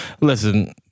listen